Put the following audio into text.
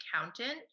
accountant